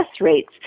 rates